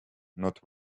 not